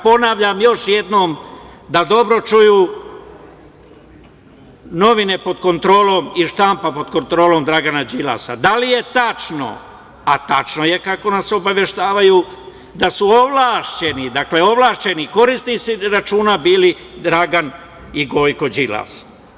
Ponavljam još jednom da dobro čuju novine pod kontrolom i štampa pod kontrolom Dragana Đilasa - da li je tačno, a tačno je kako nas obaveštavaju, da su ovlašćeni korisnici računa bili Dragan i Gojko Đilas?